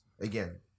Again